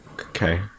okay